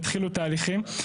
כשהתחילו את התהליכים.